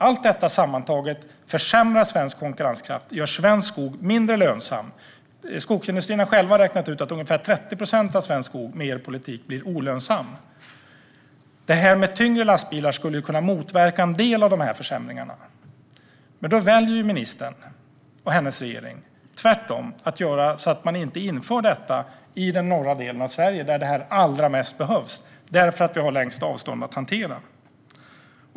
Allt detta sammantaget försämrar svensk konkurrenskraft och gör svensk skog mindre lönsam. Skogsindustrin har själv räknat ut att med er politik blir ungefär 30 procent av svensk skog olönsam. Detta med tyngre lastbilar skulle kunna motverka en del av de försämringarna. Men då väljer ministern och hennes regering tvärtom att göra så att man inte inför detta i den norra delen av Sverige där det allra mest behövs därför att vi där har längst avstånd att hantera.